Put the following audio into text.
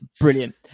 brilliant